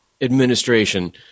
administration –